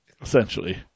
essentially